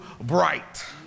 bright